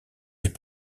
les